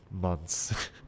months